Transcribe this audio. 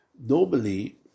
normally